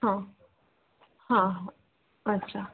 हां हां हां अच्छा